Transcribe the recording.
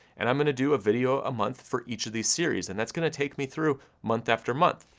and i'm gonna do a video a month, for each of these series, and that's gonna take me through month after month.